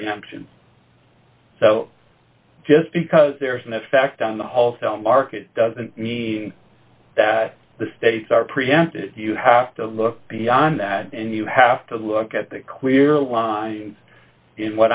preemption so just because there is an effect on the wholesale market doesn't mean that the states are preempted you have to look beyond that and you have to look at the clear lines in